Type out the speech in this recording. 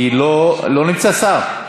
כי לא נמצא שר.